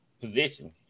position